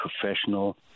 professional